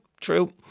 True